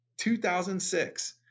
2006